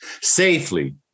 safely